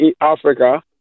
Africa